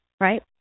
right